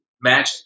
magic